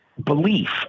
belief